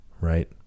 right